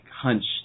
hunched